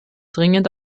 dringend